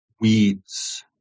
Weeds